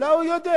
אולי הוא יודע,